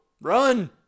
run